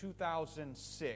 2006